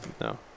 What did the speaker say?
no